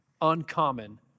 uncommon